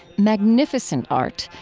magnificent art,